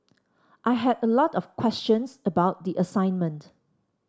I had a lot of questions about the assignment